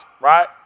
right